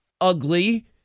ugly